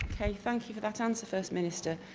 okay, thank you for that answer, first minister.